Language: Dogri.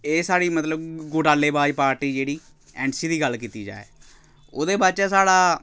एह् साढ़ी मतलब घोटाले बाज पार्टी जेह्ड़ी एन सी दी गल्ल कीती जाए ओह्दे बाद च साढ़ा